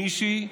מישהי,